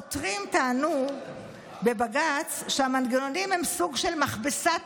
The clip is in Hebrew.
העותרים טענו בבג"ץ שהמנגנונים הם סוג של מכבסת